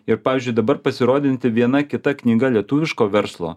ir pavyzdžiui dabar pasirodanti viena kita knyga lietuviško verslo